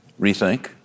rethink